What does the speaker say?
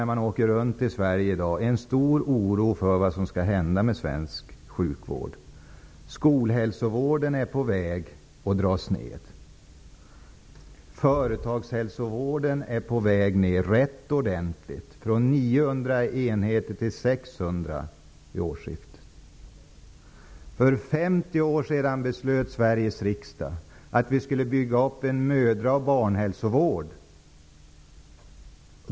När man åker runt i Sverige i dag, Bo Könberg, finner man en stor oro för vad som skall hända med svensk sjukvård. Skolhälsovården är på väg att dras ned. Företagshälsovården är rätt ordentligt på väg ned -- från 900 enheter till 600 vid årsskiftet. För 50 år sedan beslöt Sveriges riksdag att vi skulle bygga upp en mödra och barnhälsovård.